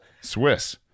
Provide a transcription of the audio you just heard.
swiss